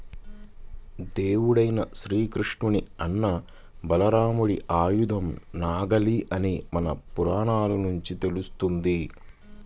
దేవుడైన శ్రీకృష్ణుని అన్న బలరాముడి ఆయుధం నాగలి అని మన పురాణాల నుంచి తెలుస్తంది